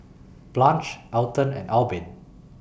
Blanch Elton and Albin